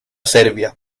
serbia